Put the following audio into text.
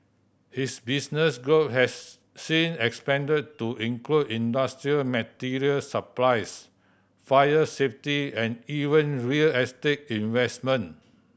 his business group has since expanded to include industrial material supplies fire safety and even real estate investment